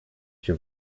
się